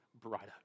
brighter